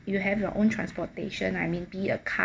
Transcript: you have your own transportation I mean be it a car